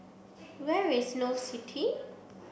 where is Snow City